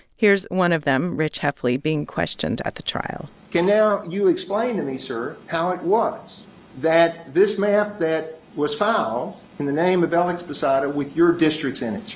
here's one of them, rich heffley, being questioned at the trial can now you explain to me, sir, how it was that this map that was filed in the name of alex posada with your districts in it?